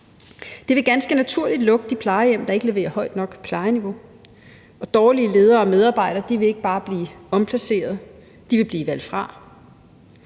Det vil ganske naturligt lukke de plejehjem, der ikke leverer et højt nok plejeniveau, og dårlige ledere og medarbejdere vil ikke bare blive omplaceret. De vil blive valgt fra.